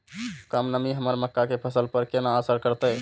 कम नमी हमर मक्का के फसल पर केना असर करतय?